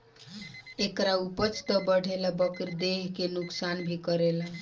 एकरा उपज त बढ़ेला बकिर देह के नुकसान भी करेला